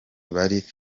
bari